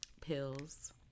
pills